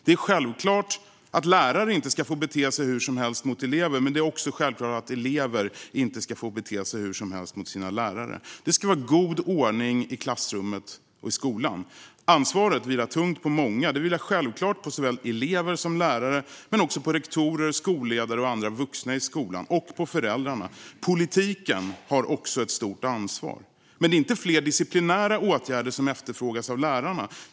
Det är självklart att lärare inte ska få bete sig hur som helst mot elever, men det är också självklart att elever inte ska få bete sig hur som helst mot sina lärare. Det ska vara god ordning i klassrummet och i skolan. Ansvaret vilar tungt på många. Självfallet vilar det på elever och lärare men också på rektorer, skolledare och andra vuxna i skolan och på föräldrarna. Politiken har också ett stort ansvar. Det är dock inte fler disciplinära åtgärder som efterfrågas av lärarna.